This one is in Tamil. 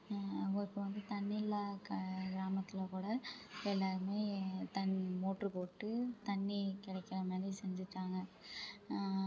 இப்போ வந்து தண்ணி இல்லா க கிராமத்தில் கூட இப்போ எல்லோருமே தண் மோட்ரு போட்டு தண்ணி கிடைக்குற மாதிரி செஞ்சிட்டாங்க